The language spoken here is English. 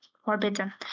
forbidden